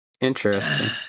Interesting